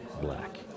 black